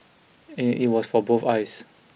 and it was for both eyes